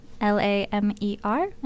L-A-M-E-R